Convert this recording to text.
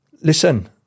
Listen